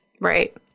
right